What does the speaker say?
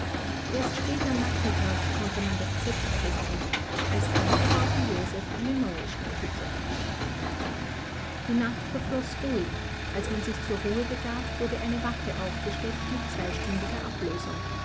erst spät am nachmittag konnte man das zelt errichten alsdann erbaute joseph eine neue schneehütte die nacht verfloß ruhig als man sich zur ruhe begab wurde eine wache aufgestellt mit zweistündiger ablösung